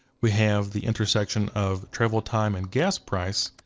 we have the intersection of travel time and gas price.